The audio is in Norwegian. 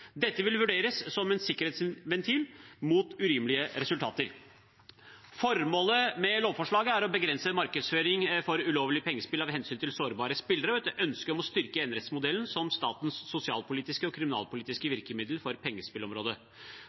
Dette vil vurderes som en sikkerhetsventil mot urimelige resultater. Formålet med lovforslaget er å begrense markedsføring av ulovlige pengespill av hensyn til sårbare spillere og et ønske om å styrke enerettsmodellen som statens sosialpolitiske og kriminalpolitiske virkemiddel på pengespillområdet.